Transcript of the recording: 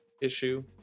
issue